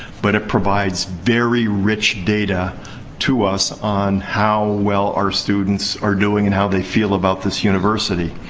but it provides very rich data to us on how well our students are doing and how they feel about this university.